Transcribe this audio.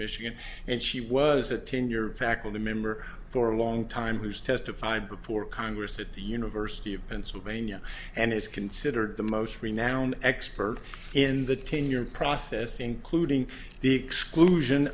michigan and she was a tenured faculty member for a long time who's testified before congress at the university of pennsylvania and is considered the most renowned expert in the tenure process including the exclusion